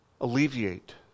alleviate